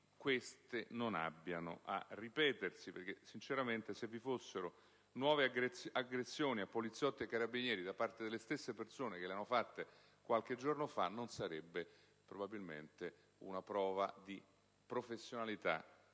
non abbiano a ripetersi. Sinceramente, se vi fossero nuove aggressioni a poliziotti e carabinieri da parte delle stesse persone che le hanno compiute qualche giorno fa, non sarebbe probabilmente una prova di professionalità